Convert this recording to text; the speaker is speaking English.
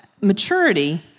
maturity